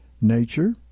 nature